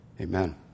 amen